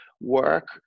work